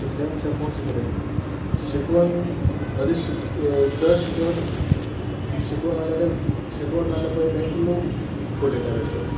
शिकले मनशाक कोणशे फटयना शिकून बरें शि चड शिकून शिकून जाल्या पयलीं शिकूना जाल्यार तांकां लोक फटयता बेश्टेच